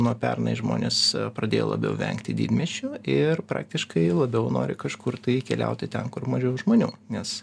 nuo pernai žmonės pradėjo labiau vengti didmiesčių ir praktiškai labiau nori kažkur tai keliauti ten kur mažiau žmonių nes